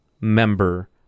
member